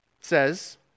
says